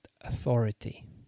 authority